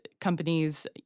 companies